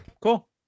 cool